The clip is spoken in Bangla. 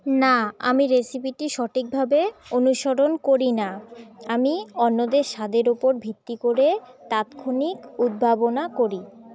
না আমি রেসিপিটি সঠিকভাবে অনুসরণ করি না আমি অন্যদের স্বাদের ওপর ভিত্তি করে তাৎক্ষণিক উদ্ভাবনা করি